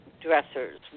dressers